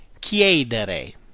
chiedere